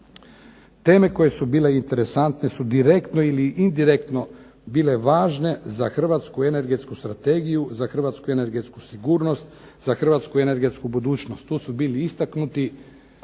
Teme koje su bile interesantne su direktno ili indirektno bile važne za Hrvatsku energetsku strategiju, za hrvatsku energetsku sigurnost, za hrvatsku energetsku budućnost. Tu su bili istaknuti